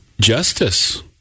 justice